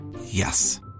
Yes